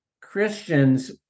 Christians